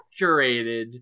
curated